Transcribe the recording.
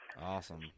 Awesome